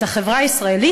את החברה הישראלית?